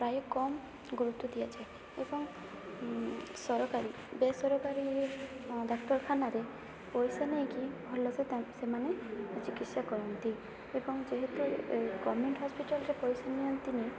ପ୍ରାୟ କମ୍ ଗୁରୁତ୍ବ ଦିଆଯାଏ ଏବଂ ସରକାରୀ ବେସରକାରୀ ଡାକ୍ତରଖାନାରେ ପଇସା ନେଇକି ଭଲ ସେ ସେମାନେ ଚିକିତ୍ସା କରାନ୍ତି ଏବଂ ଯେହେତୁ ଗଭର୍ଣ୍ଣମେଣ୍ଟ ହସ୍ପିଟାଲରେ ପଇସା ନିଅନ୍ତିନି